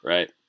Right